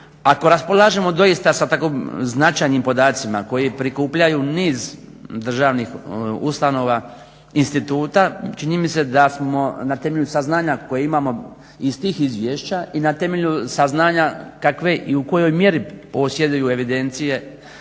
Ako raspolažemo doista sa tako značajnim podacima koje prikupljaju niz državnih ustanova, instituta, čini mi se da smo na temelju saznanja koje imamo iz tih izvješća i na temelju saznanja kakve i u kojoj mjeri posjeduju evidencije